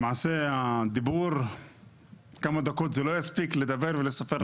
למעשה דיבור כמה דקות לא יספיק לדבר ולספר.